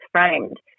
framed